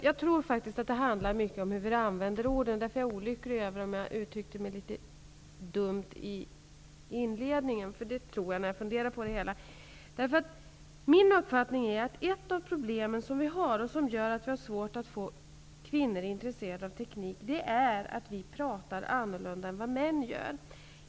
Jag tror att det handlar mycket om hur vi använder orden, och därför var det olyckligt att jag uttryckte mig litet dumt i inledningen. Min uppfattning är att ett av problemen, som gör att det är svårt att få kvinnor intresserade av teknik, är att vi kvinnor pratar annorlunda än män.